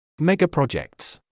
Megaprojects